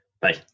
bye